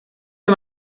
für